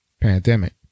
pandemic